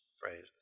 phrase